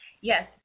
Yes